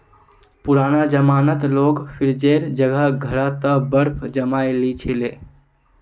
पुराना जमानात लोग फ्रिजेर जगह घड़ा त बर्फ जमइ ली छि ले